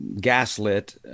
Gaslit